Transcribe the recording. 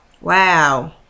Wow